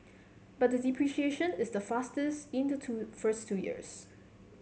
but the depreciation is the fastest in the two first two years